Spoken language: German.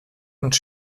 und